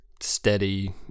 steady